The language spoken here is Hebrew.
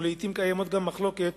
ולעתים קיימות גם מחלוקות